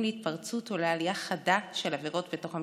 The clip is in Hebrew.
להתפרצות ולעלייה חדה של עבירות בתוך המשפחה.